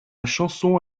chanson